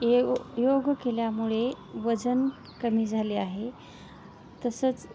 ए ओ योग केल्यामुळे वजन कमी झाले आहे तसंच